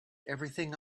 everything